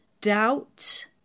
doubt